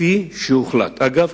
אגב,